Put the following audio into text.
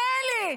מילא,